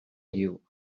you